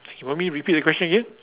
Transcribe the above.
you want me to repeat the question again